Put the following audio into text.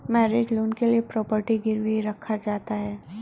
mortgage loan के लिए property गिरवी रखा जाता है